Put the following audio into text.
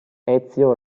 ezio